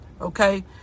okay